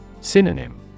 Synonym